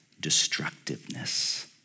Destructiveness